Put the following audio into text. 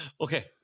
Okay